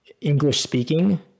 english-speaking